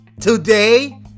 Today